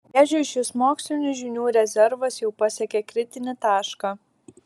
vėžiui šis mokslinių žinių rezervas jau pasiekė kritinį tašką